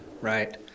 right